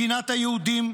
מדינת היהודים,